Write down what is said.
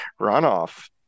runoff